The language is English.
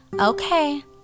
Okay